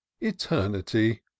eternity